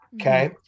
Okay